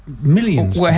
millions